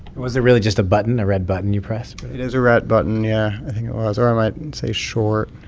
was it really just a button a red button you press? it is a red button, yeah. i think it was. or it might say short